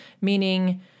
meaning